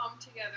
together